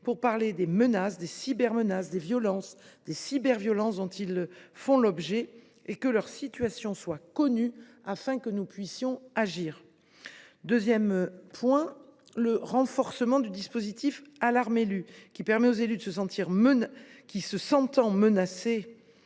pour parler des menaces, cybermenaces, violences et cyberviolences dont ils font l’objet, que leur situation soit connue et que nous puissions agir. Le renforcement du dispositif « alarme élu », qui permet aux élus qui se sentent menacés